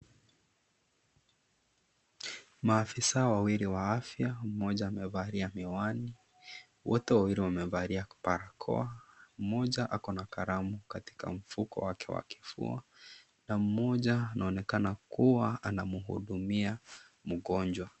Maafisa wawili wa afya, mmoja amevalia miwani, wote wawili wamevalia barakoa, mmoja ako na kalamu katika mfuko wake wa kifua, na mmoja anaonekana kuwa anamuhudumia mgonjwa.